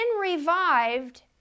revived